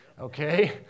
okay